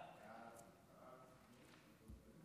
ההצעה